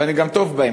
ואני גם טוב בהם